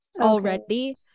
already